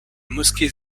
mosquée